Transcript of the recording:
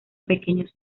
pequeños